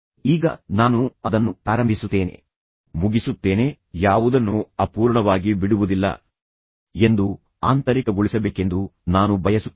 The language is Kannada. ಈಗ ನಾನು ಅದನ್ನು ಪ್ರಾರಂಭಿಸುತ್ತೇನೆ ಮುಗಿಸುತ್ತೇನೆ ಯಾವುದನ್ನೂ ಅಪೂರ್ಣವಾಗಿ ಬಿಡುವುದಿಲ್ಲ ಎಂದು ನೀವು ಆಂತರಿಕಗೊಳಿಸಬೇಕೆಂದು ನಾನು ಬಯಸುತ್ತೇನೆ